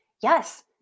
Yes